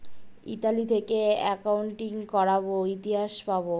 Italy থেকে accounting করাবো ইতিহাস পাবো